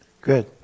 Good